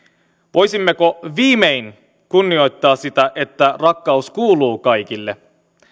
voisimmeko viimein kunnioittaa sitä että rakkaus kuuluu kaikille